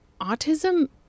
autism